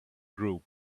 group